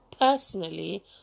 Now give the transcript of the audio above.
Personally